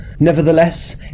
Nevertheless